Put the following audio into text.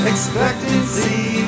Expectancy